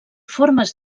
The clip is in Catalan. formes